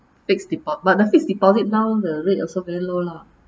fixed depo~ but the fixed deposit now the rate also very low lah